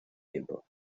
tiempo